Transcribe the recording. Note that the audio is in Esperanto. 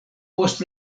post